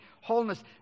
wholeness